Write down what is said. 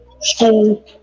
school